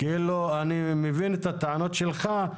אני מבין את הטענות שלך,